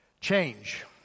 Change